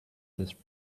this